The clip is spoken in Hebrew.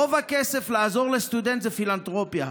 רוב הכסף לעזור לסטודנט זה פילנתרופיה.